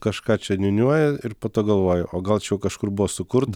kažką čia niūniuoji ir po to galvoji o gal čia jau kažkur buvo sukurta